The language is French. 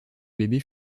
bébé